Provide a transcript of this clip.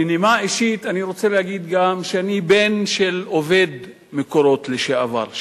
בנימה אישית אני רוצה להגיד שאני בן של עובד "מקורות" לשעבר,